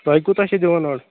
تۄہہِ کوٗتاہ چھِ دِوان اورٕ